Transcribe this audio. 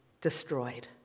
destroyed